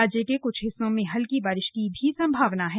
राज्य के क्छ हिस्सों में हल्की बारिश की भी संभावना है